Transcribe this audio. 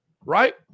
right